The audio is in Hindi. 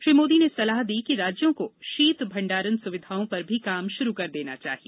श्री मोदी ने सलाह दी कि राज्यों को शीत भंडारण सुविधाओं पर भी काम शुरू कर देना चाहिए